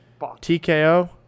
TKO